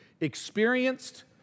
experienced